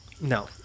no